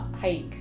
hike